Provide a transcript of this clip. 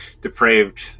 depraved